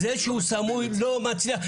מצליח.